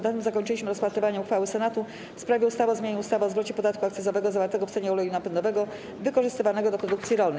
Na tym zakończyliśmy rozpatrywanie uchwały Senatu w sprawie ustawy o zmianie ustawy o zwrocie podatku akcyzowego zawartego w cenie oleju napędowego wykorzystywanego do produkcji rolnej.